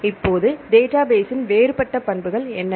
இப்போது டேட்டாபேஸ் சின் வேறுபட்ட பண்புகள் என்னென்ன